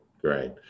Great